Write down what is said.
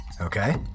Okay